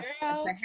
girl